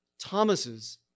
Thomas's